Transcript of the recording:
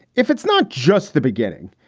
if it's not just the beginning.